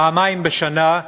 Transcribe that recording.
פעמיים בשנה,